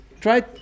Try